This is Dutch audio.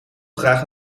graag